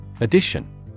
Addition